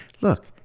look